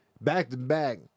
back-to-back